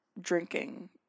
drinking